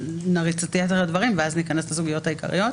נריץ את יתר הדברים לפרוטוקול ואז נכנס לסוגיות העיקריות,